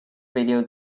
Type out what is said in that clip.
video